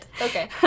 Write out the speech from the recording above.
Okay